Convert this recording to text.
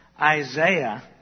Isaiah